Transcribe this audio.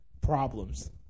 problems